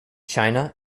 china